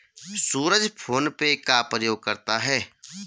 सूरज PhonePe का प्रयोग करता है